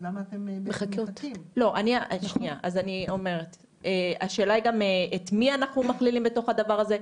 למה אני אומרת את זה,